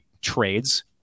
trades